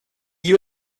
you